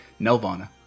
Nelvana